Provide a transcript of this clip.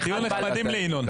תהיו נחמדים לינון.